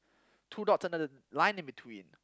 two dots and a line in between